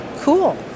cool